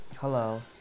Hello